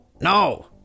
No